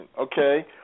okay